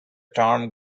term